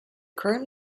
current